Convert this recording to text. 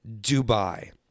Dubai